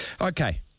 Okay